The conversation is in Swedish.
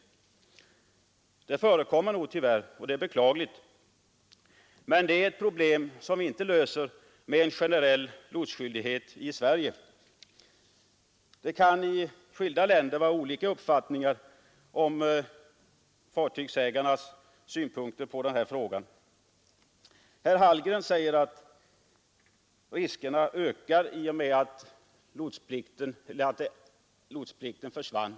Tyvärr förekommer nog detta, men det är ett problem som vi inte löser med en generell lotsskyldighet i Sverige. Herr Hallgren säger att riskerna ökat i och med att absoluta lotsplikten försvann.